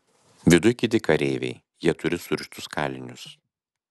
viduj kiti kareiviai jie turi surištus kalinius